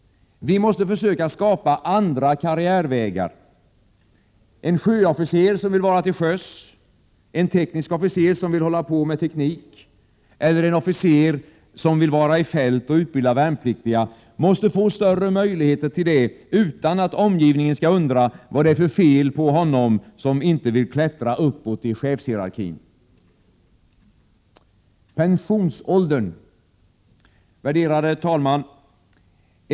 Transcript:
Vi måste försöka skapa andra karriärvägar. En sjöofficer som vill vara till sjöss, en teknisk officer som vill hålla på med teknik eller en officer som vill vara i fält och utbilda värnpliktiga måste få större möjligheter till detta utan att omgivningen skall undra vad det är för fel på honom som inte vill klättra uppåt i chefshierarkin. Herr talman!